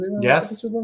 Yes